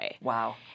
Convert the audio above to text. Wow